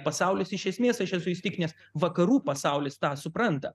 pasaulis iš esmės aš esu įsitikinęs vakarų pasaulis tą supranta